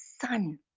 sun